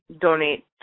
donate